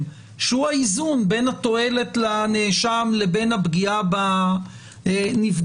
שהוא האיזון בין התועלת לנאשם לבין הפגיעה בנפגעת,